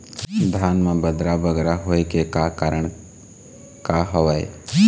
धान म बदरा बगरा होय के का कारण का हवए?